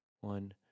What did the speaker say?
one